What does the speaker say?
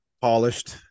polished